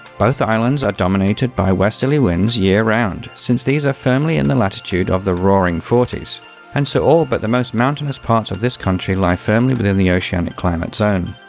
both islands are dominated by westerly winds year round since they are firmly in the latitude of the roaring forties and so all but the most mountainous parts of this country lie firmly within the oceanic climate zone.